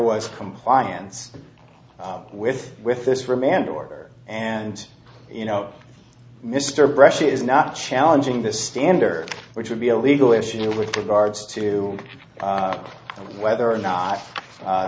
was compliance with with this remand order and you know mr brush is not challenging the standard which would be a legal issue with regards to whether or not